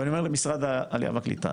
ואני אומר למשרד העלייה והקליטה,